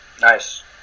Nice